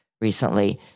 recently